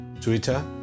Twitter